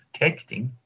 texting